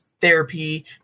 therapy